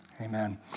Amen